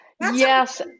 Yes